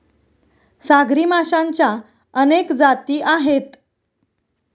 सागरी माशांच्या अनेक जाती आहेत